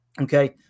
Okay